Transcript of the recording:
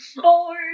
Four